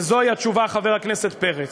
זוהי התשובה, חבר הכנסת פרץ.